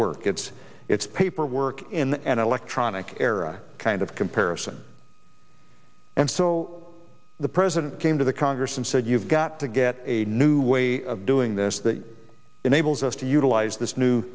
work it's it's paperwork in an electronic era kind of comparison and so the president came to the congress and said you've got to get a new way of doing this that enables us to utilize this new